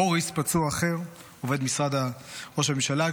בוריס, פצוע אחר, עובד משרד ראש הממשלה.